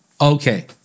Okay